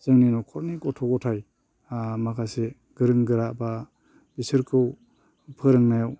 जोंनि न'खरनि गथ' गथाइ माखासे गोरों गोरा बा बिसोरखौ फोरोंनायाव